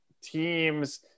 teams